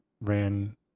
ran